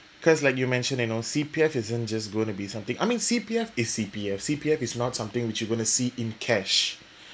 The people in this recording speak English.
because like you mentioned in our C_P_F isn't just going to be something I mean C_P_F is C C_P_F C_P_F is not something which you going to see in cash